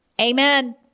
amen